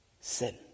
sin